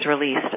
released